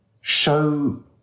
show